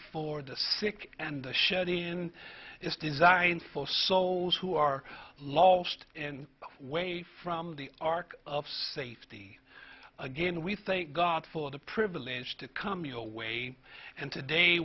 for the sick and the sjodin is designed for souls who are lost in the way from the ark of safety again we think god for the privilege to come your way and today